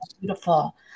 beautiful